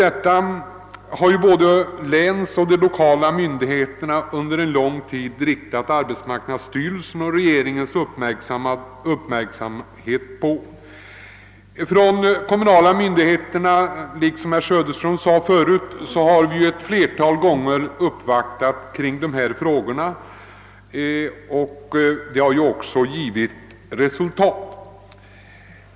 Detta förhållande har både länsmyndigheterna och de lokala myndigheterna under lång tid riktat arbetsmarknadsstyrelsens och regeringens uppmärksamhet på. De kommunala myndigheterna har också uppvaktats i dessa frågor ett flertal gånger, som herr Söderström nämnde, och de uppvaktningarna har också givit resultat.